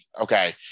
okay